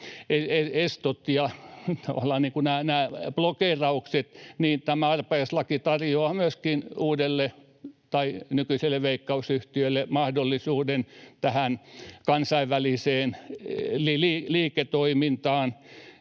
kuin blokeeraukset, niin tämä arpajaislaki tarjoaa myöskin uudelle tai nykyiselle Veikkaus-yhtiölle mahdollisuuden tähän kansainväliseen liiketoimintaan